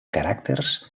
caràcters